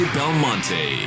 Belmonte